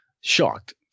shocked